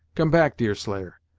come back, deerslayer,